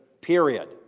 period